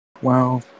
Wow